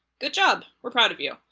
good job! we're proud of you!